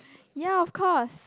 ya of course